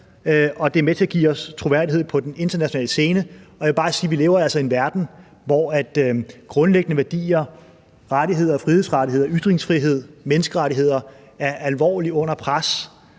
det er med til at give os troværdighed på den internationale scene. Og jeg vil bare sige, at vi altså lever i en verden, hvor grundlæggende værdier og rettigheder og frihedsrettigheder og ytringsfrihed og menneskerettigheder er alvorligt under pres.